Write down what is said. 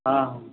हँ